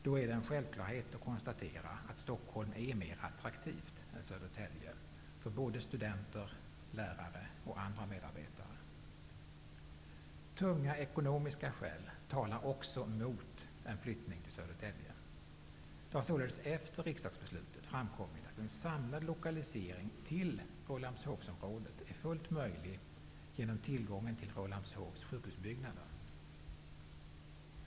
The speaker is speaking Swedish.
Det är då en självklarhet att konstatera att Stockholm är mer attraktivt än Södertälje för studenter, lärare och andra medarbetare. Tunga ekonomiska skäl talar också mot en flyttning till Södertälje. Det har således efter riksdagsbeslutet framkommit att en samlad lokalisering till Rålambshovsområdet är fullt möjlig genom tillgången till Rålambshovs sjukhusbyggnader.